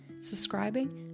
subscribing